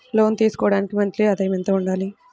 లోను తీసుకోవడానికి మంత్లీ ఆదాయము ఎంత ఉండాలి?